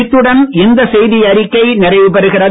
இத்துடன் இந்த செய்தியறிக்கை நிறைவுபெறுகிறது